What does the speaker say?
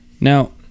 now